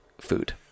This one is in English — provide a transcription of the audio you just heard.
food